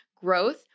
growth